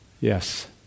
Yes